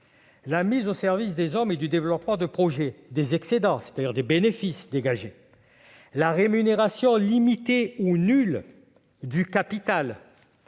la mise au service des hommes et du développement de projets des excédents, donc des bénéfices dégagés, la rémunération limitée ou nulle du capital